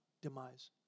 demise